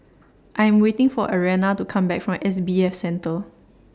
I Am waiting For Ariana to Come Back from S B F Center